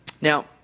Now